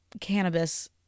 cannabis